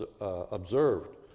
observed